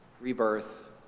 rebirth